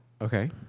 Okay